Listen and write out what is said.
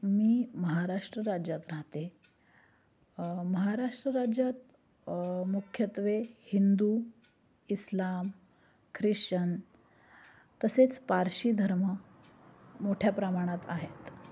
मी महाराष्ट्र राज्यात राहते महाराष्ट्र राज्यात मुख्यत्वे हिंदू इस्लाम ख्रिश्चन तसेच पारशी धर्म मोठ्या प्रमाणात आहेत